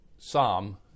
Psalm